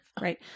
Right